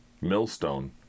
millstone